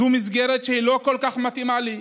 זו מסגרת שלא כל כך מתאימה לי.